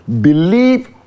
believe